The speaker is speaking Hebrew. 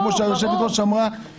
כפי שהיושבת-ראש אמרה,